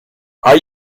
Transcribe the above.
are